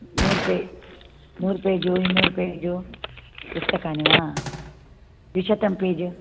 नूर्पेजु इन्नूरुपेजु पुस्तकानि वा द्विशतं पेज्